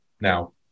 Now